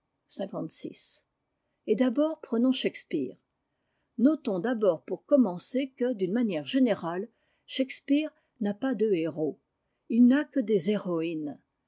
et d'abord prenons shakespeare notons d'abord pour commencer que d'une manière générale shakespeare n'a pas de héros il n'a que des héroïnes